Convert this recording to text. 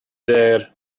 there